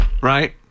Right